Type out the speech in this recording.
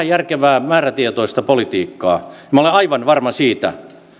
järkevää määrätietoista politikkaa minä olen aivan varma siitä että